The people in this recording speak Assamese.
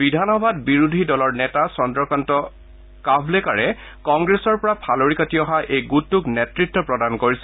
বিধানসভাত বিৰোধী দলৰ নেতা চন্দ্ৰকান্ত কাভলেকাৰে কংগ্ৰেছৰ পৰা ফালৰি কাটি অহা এই গোটটোক নেতৃত্ব প্ৰদান কৰিছে